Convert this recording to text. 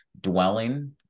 dwelling